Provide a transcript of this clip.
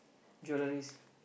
jeweleries